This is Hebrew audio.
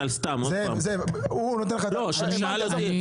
זאב, הוא נותן לך תשובה לשאלה שלך.